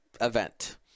event